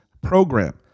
program